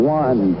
one